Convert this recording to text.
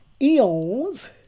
eons